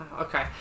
Okay